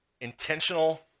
intentional